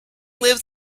lives